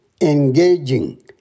engaging